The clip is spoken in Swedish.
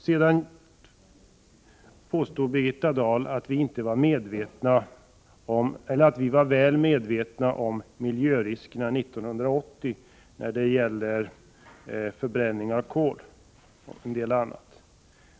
Så påstod Birgitta Dahl att vi 1980 var väl medvetna om miljöriskerna när det gäller förbränning av kol och en del annat.